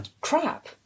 crap